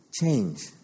Change